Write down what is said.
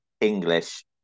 English